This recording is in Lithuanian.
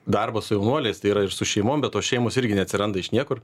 darbo su jaunuoliais tai yra ir su šeimom be to šeimos irgi neatsiranda iš niekur